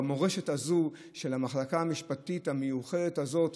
במורשת הזו של המחלקה המשפטית המיוחדת הזאת,